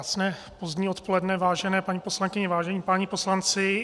Krásné pozdní odpoledne, vážené paní poslankyně, vážení páni poslanci.